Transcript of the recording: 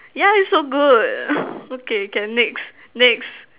yeah it's so good okay can next next